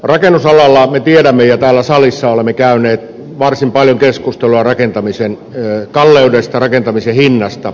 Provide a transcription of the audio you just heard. rakennusalalla me tiedämme ja täällä salissa olemme käyneet varsin paljon keskustelua rakentamisen kalleudesta rakentamisen hinnasta